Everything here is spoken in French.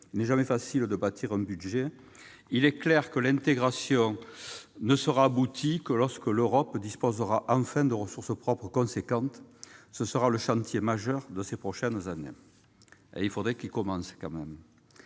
il n'est jamais facile de bâtir un budget. Il est clair que l'intégration ne sera aboutie que lorsque l'Europe disposera enfin de ressources propres importantes. Ce sera le chantier majeur des prochaines années, mais encore faut-il